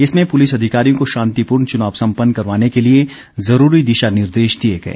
इसमें पुलिस अधिकारियों को शांतिपूर्ण चुनाव सम्पन्न करवाने के लिए ज़रूरी दिशा निर्देश दिए गए